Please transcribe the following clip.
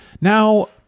now